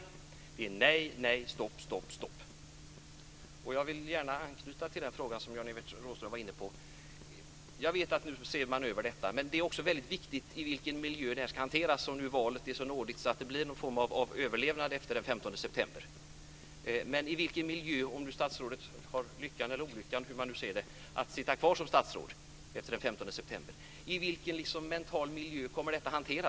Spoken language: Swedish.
Det är nej, nej, stopp, stopp. Jag vill gärna anknyta till den fråga Jan-Evert Rådhström var inne på. Jag vet att frågan nu ses över. Det är också viktigt i vilken miljö frågan ska hanteras - om nu valet är så nådigt att det blir någon form av överlevnad efter den 15 september. Om nu statsrådet har lyckan eller olyckan - hur man nu ser det - att sitta kvar som statsråd efter den 15 september, i vilken mental miljö kommer frågan att hanteras?